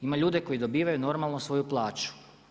Ima ljude koji dobivaju normalno svoju plaću.